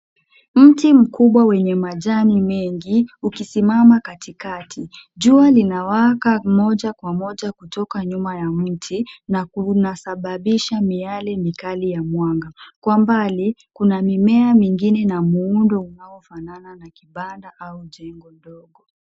Mti mkubwa wenye majani mengi ukisimama katikati. Jua linawaka moja kwa moja kutoka nyuma ya mti na kunasababisa miale mikali ya mwanga. Kwa mbali kuna mimea mingine na muundo unaofanana na kibanda au jengo ndogo.